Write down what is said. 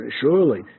surely